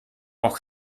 auch